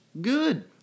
Good